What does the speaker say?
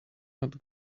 not